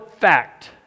fact